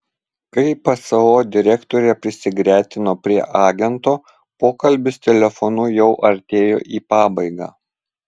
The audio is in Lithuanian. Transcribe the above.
kai pso direktorė prisigretino prie agento pokalbis telefonu jau artėjo į pabaigą